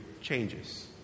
changes